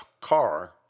car